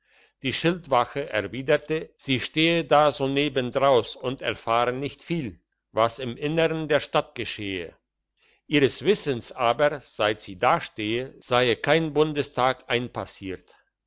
die schildwache erwiderte sie stehe da so nebendraus und erfahre nicht viel was im innern der stadt geschehe ihres wissens aber seit sie dastehe seie kein bundestag einpassiert